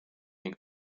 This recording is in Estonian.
ning